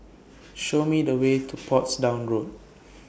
Show Me The Way to Portsdown Road